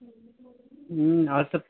اور سب